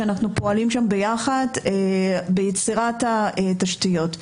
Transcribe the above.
שאנחנו פועלים שם ביחד ביצירת התשתיות.